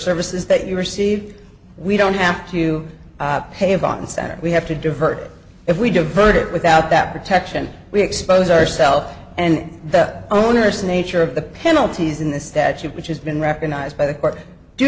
services that you receive we don't have to pay a bond sat we have to divert if we divert it without that protection we expose ourself and that onerous nature of the penalties in the statute which has been recognized by the court do